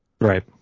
Right